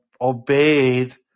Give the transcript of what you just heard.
obeyed